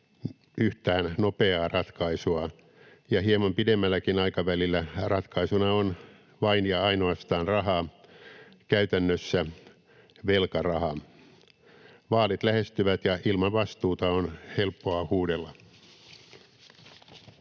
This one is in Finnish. yhtään nopeaa ratkaisua ja hieman pidemmälläkin aikavälillä ratkaisuna on vain ja ainoastaan raha, käytännössä velkaraha. Vaalit lähestyvät, ja ilman vastuuta on helppoa huudella.